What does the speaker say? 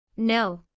No